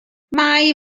mae